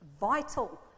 vital